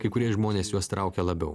kai kurie žmonės juos traukia labiau